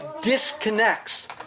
disconnects